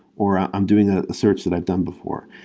or i'm doing a search that i've done before.